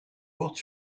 portent